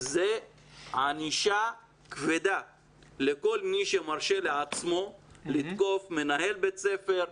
זה ענישה כבדה לכל מי שמרשה לעצמו לתקוף מנהל בית ספר,